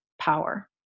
power